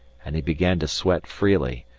and he began to sweat freely,